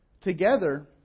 together